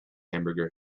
hamburger